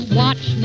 watch